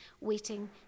waiting